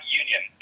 union